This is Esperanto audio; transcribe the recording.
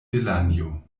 delanjo